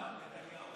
אשם אחד, נתניהו.